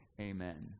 amen